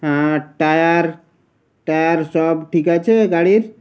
হ্যাঁ tyre tyre সব ঠিক আছে গাড়ির